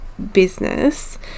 business